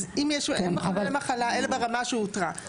אז אם אין מחוללי מחלה אלא ברמה שהותרה.